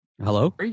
Hello